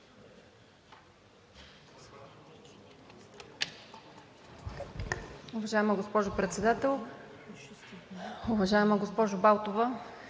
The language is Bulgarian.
Уважаема госпожо Председател! Уважаема госпожо Балтова,